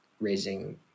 raising